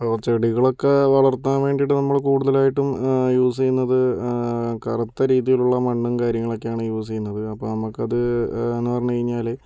ഇപ്പോൾ ചെടികളൊക്കെ വളർത്താൻ വേണ്ടിയിട്ട് നമ്മൾ കൂടുതലായിട്ടും യൂസ് ചെയ്യുന്നത് കറുത്ത ഒരു രീതിയിൽ ഉള്ള മണ്ണും കാര്യങ്ങളൊക്കെയാണ് യൂസ് ചെയ്യുന്നത് അപ്പോൾ നമുക്കത് എന്നു പറഞ്ഞു കഴിഞ്ഞാൽ